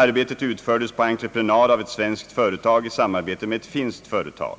Arbetet utfördes på entreprenad av ett svenskt företag i samarbete med ett finskt företag.